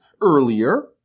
earlier